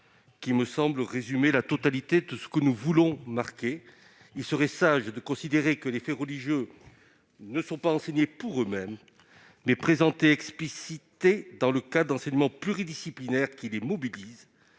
qui me semble résumer la totalité de ce que nous voulons mettre en avant :« Il serait sage [...] de considérer que les " faits religieux " ne sont pas enseignés pour eux-mêmes, mais présentés et explicités dans le cadre d'enseignements pluridisciplinaires qui les mobilisent.